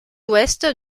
ouest